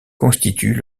constitue